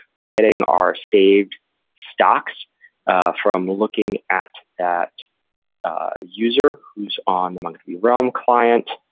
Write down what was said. we're getting our saved stocks from looking at that user who's on the mongodb realm client,